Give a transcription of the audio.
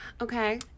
Okay